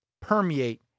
permeate